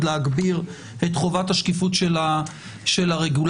להגביר את חובת השקיפות של הרגולטורים,